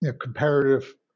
comparative